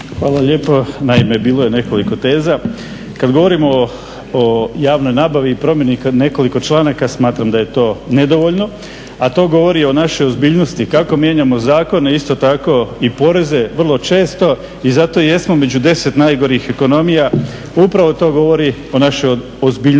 Hvala lijepo. Naime, bilo je nekoliko teza. Kad govorimo o javnoj nabavi i promjeni nekoliko članaka smatram da je to nedovoljno, a to govori o našoj ozbiljnosti kako mijenjamo zakone isto tako i poreze vrlo često i zato jesmo među 10 najgorih ekonomija. Upravo to govori o našoj ozbiljnosti.